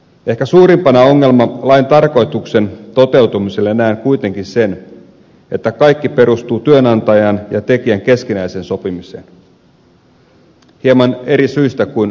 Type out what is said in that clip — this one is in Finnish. ehkä suurimpana ongelmana lain tarkoituksen toteutumiselle näen kuitenkin sen että kaikki perustuu työnantajan ja tekijän keskinäiseen sopimiseen hieman eri syistä kuitenkin kuin ed